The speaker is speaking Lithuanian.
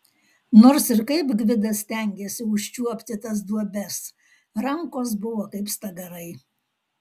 nors ir kaip gvidas stengėsi užčiuopti tas duobes rankos buvo kaip stagarai